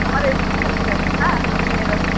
আমার স্টেশন এসে গিয়েছে হ্যাঁ আমি নেমে যাচ্ছি